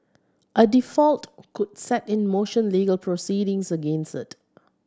a default could set in motion legal proceedings against it